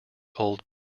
old